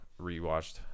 rewatched